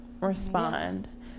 Respond